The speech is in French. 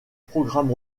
programme